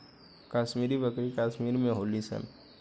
कश्मीरी बकरी कश्मीर में होली सन